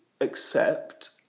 accept